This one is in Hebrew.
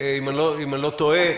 אם אני לא טועה,